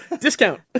Discount